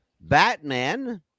Batman